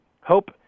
Hope